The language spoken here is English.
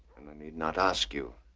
i need not ask you